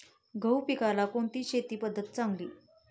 गहू पिकाला कोणती शेती पद्धत चांगली?